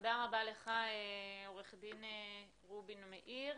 תודה רבה לך, עורך-דין רובין מאיר.